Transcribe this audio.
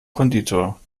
konditor